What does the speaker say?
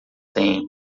têm